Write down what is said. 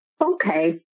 Okay